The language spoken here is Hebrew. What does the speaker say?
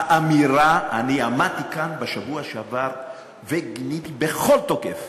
אני עמדתי כאן בשבוע שעבר וגיניתי בכל תוקף